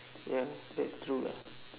ya that's true lah